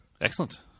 Excellent